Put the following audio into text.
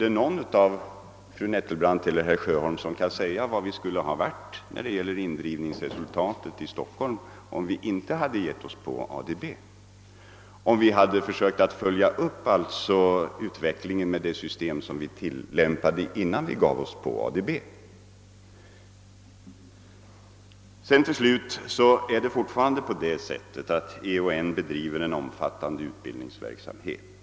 Kan någon av fru Nettelbrandt eller herr Sjöholm säga vilket indrivningsresultat vi hade haft i Stockholm, om vi inte hade infört ADB och alltså hade försökt följa upp utvecklingen med det system som vi tillämpade före omläggningen till ADB? Slutligen vill jag säga att EON fortfarande bedriver en omfattande utbildningsverksamhet.